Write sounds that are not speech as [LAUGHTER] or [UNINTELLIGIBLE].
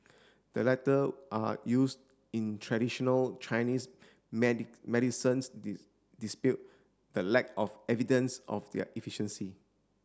the latter are used in traditional Chinese [UNINTELLIGIBLE] medicines [UNINTELLIGIBLE] the lack of evidence of their efficiency